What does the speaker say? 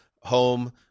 home